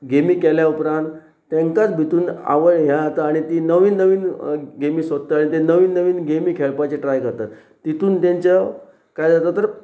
गेमी केल्या उपरांत तांकांच भितून आवड हें जाता आनी ती नवीन नवीन गेमी सोदता आनी ते नवीन नवीन गेमी खेळपाची ट्राय करतात तितून तेंच्या कांय जाता तर